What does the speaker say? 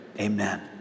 amen